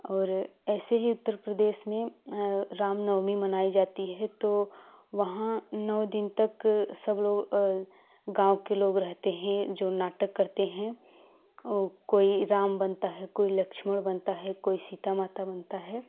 और ऐसे ही उत्तर प्रदेश में रामनवमी मनाई जाती है तो वहाँ नौ दिन तक सब लोग गाँव के लोग रहते हैं जो नाटक करते हैं और कोई राम बनता है कोई लक्ष्मण बनता है कोई सीता माता बनता है